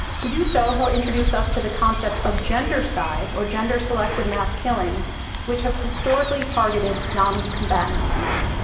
to do so, he'll introduce us to the concept of gendercide, or gender-selective mass killings which have historically targeted noncombatant men.